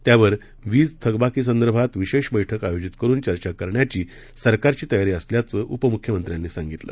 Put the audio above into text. त्यावर वीज थकबाकी संदर्भात विशेष बैठक आयोजित करुन चर्चा करण्याची सरकारची तयारी असल्याचं उपमुख्यमंत्र्यांनी सांगितलं